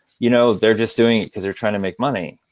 you know they're just doing it because they're trying to make money.